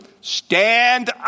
Stand